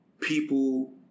people